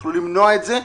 יכלו למנוע את זה.